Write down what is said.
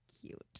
cute